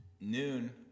noon